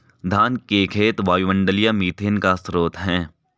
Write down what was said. धान के खेत वायुमंडलीय मीथेन का स्रोत हैं